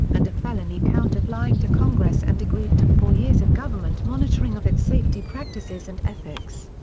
and a felony count of lying to congress and agreed to four years of government monitoring of its safety practices and ethics.